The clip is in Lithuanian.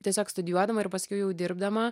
tiesiog studijuodama ir paskiau jau dirbdama